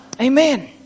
Amen